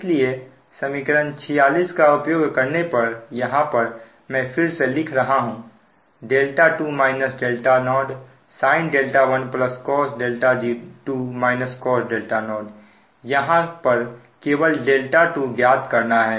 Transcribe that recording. इसलिए समीकरण 46 का उपयोग करने पर यहां पर मैं फिर से लिख रहा हूं δ2 δ0 sin 1cos 2 cos 0 यहां पर केवल δ2 ज्ञात हैं